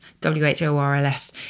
w-h-o-r-l-s